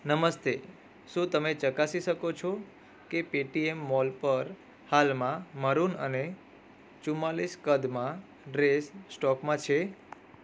નમસ્તે શું તમે ચકાસી શકો છો કે પેટીએમ મોલ પર હાલમાં મરૂન અને ચુંમાળીસ કદમાં ડ્રેસ સ્ટોકમાં છે